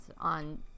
On